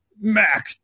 Mac